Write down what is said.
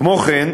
כמו כן,